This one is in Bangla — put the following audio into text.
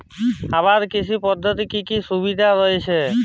আবাদ কৃষি পদ্ধতির কি কি সুবিধা রয়েছে?